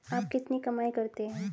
आप कितनी कमाई करते हैं?